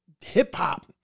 hip-hop